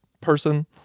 person